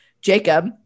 Jacob